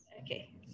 Okay